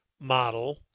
model